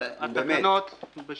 אדוני היושב-ראש,